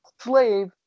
Slave